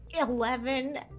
Eleven